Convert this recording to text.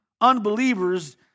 unbelievers